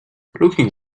looking